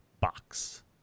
Box